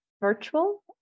virtual